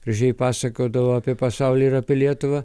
gražiai pasakodavo apie pasaulį ir apie lietuvą